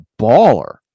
baller